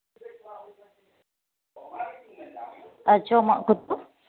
ᱟᱪᱪᱷᱟ